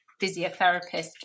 physiotherapist